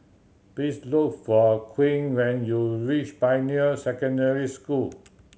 please look for Quinn when you reach Pioneer Secondary School